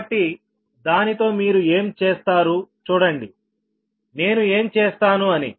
కాబట్టిదానితో మీరు ఏం చేస్తారు చూడండి నేను ఏం చేస్తాను అని